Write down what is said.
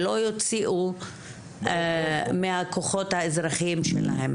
ולא יוציאו מהכוחות שלהם,